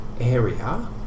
area